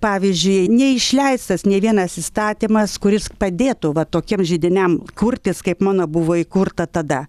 pavyzdžiui neišleistas nė vienas įstatymas kuris padėtų va tokiems židiniam kurtis kaip mano buvo įkurta tada